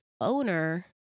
owner